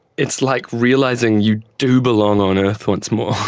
it's like realising you do belong on earth once more.